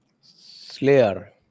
Slayer